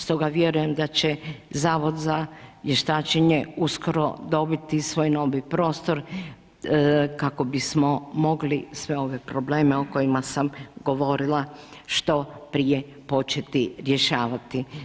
Stoga vjerujem da će Zavod za vještačenje uskoro dobiti svoj novi prostor kako bismo mogli sve ove probleme o kojima sam govorila što prije početi rješavati.